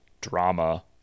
drama